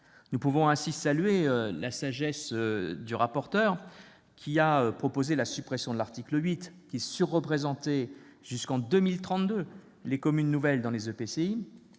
Nous pouvons ainsi saluer la sagesse de M. le rapporteur, qui a proposé la suppression de l'article 8, lequel surreprésentait jusqu'en 2032 les communes nouvelles dans les EPCI,